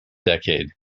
decade